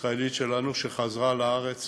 ישראלית שלנו שחזרה לארץ